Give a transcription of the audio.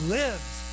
lives